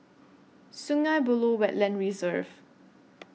Sungei Buloh Wetland Reserve